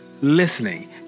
listening